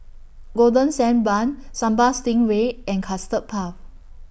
Golden Sand Bun Sambal Stingray and Custard Puff